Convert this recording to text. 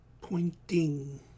Pointing